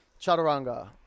chaturanga